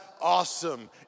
awesome